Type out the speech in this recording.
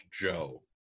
Joe